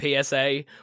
PSA